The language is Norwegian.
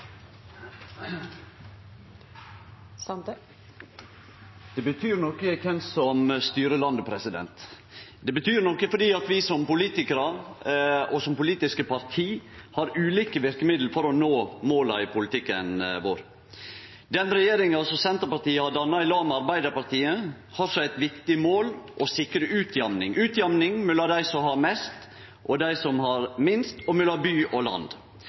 Det betyr noko kven som styrer landet. Det betyr noko fordi vi som politikarar og som politiske parti har ulike verkemiddel for å nå måla i politikken vår. Den regjeringa som Senterpartiet har danna i lag med Arbeidarpartiet, har som eit viktig mål å sikre utjamning mellom dei som har mest og dei som har minst, og mellom by og land.